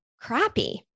crappy